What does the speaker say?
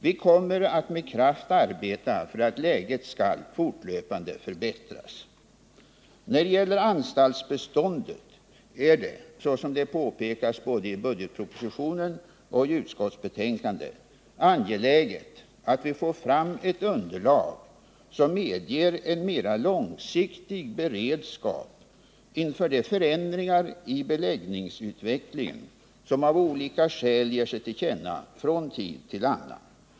Vi kommer att med kraft arbeta för att läget skall fortlöpande förbättras. När det gäller anstaltsbeståndet är det — så som det påpekas i både budgetpropositionen och utskottsbetänkandet — angeläget att vi får fram ett underlag som medger en mera långsiktig beredskap inför de förändringar i beläggningsutvecklingen som av olika skäl ger sig till känna från tid till annan.